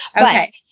Okay